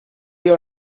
diga